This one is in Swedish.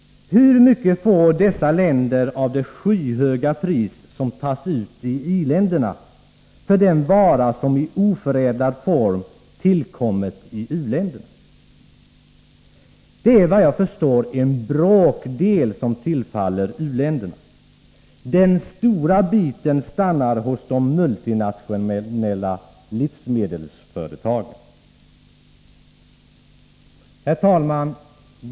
Hur mycket får dessa länder av det skyhöga pris som tas ut i i-länderna för den vara som i oförädlad form tillkommit i u-länderna? Det är vad jag förstår en bråkdel som tillfaller u-länderna. Den stora biten stannar hos de multinationella livsmedelsföretagen. Herr talman!